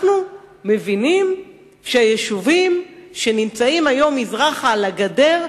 אנחנו מבינים שיישובים שנמצאים היום מזרחה לגדר,